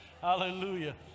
Hallelujah